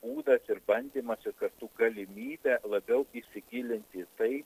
būdas ir bandymas ir kartu galimybė labiau įsigilinti į tai